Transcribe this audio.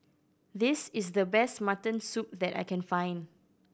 this is the best mutton soup that I can find